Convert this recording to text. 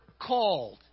called